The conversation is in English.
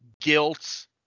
guilt